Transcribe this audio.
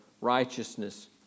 righteousness